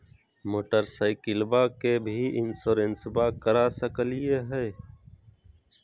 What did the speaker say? मोटरसाइकिलबा के भी इंसोरेंसबा करा सकलीय है?